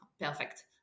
perfect